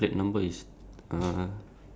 on the top eh on the roof